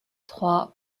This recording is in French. trois